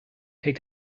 take